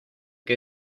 que